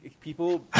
People